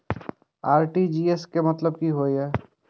RTGS के मतलब की होय ये?